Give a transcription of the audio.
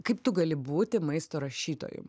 kaip tu gali būti maisto rašytoju